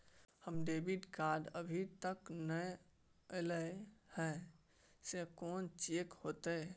हमर debit card अभी तकल नय अयले हैं, से कोन चेक होतै?